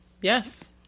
Yes